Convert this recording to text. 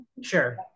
Sure